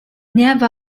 never